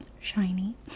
shiny